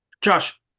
Josh